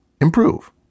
improve